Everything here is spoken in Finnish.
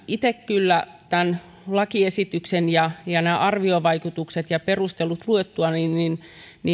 itse tämän lakiesityksen ja ja nämä arviovaikutukset ja perustelut luettuani